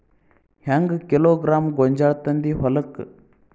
ಹೆಂಗ್ ಕಿಲೋಗ್ರಾಂ ಗೋಂಜಾಳ ತಂದಿ ಹೊಲಕ್ಕ?